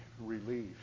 relief